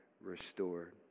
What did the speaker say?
restored